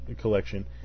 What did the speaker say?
collection